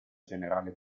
generale